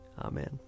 Amen